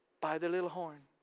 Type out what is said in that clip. by the little horn,